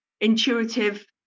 intuitive